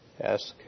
ask